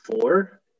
four